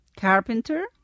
Carpenter